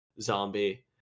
zombie